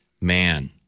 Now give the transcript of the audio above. man